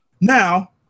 now